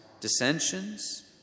dissensions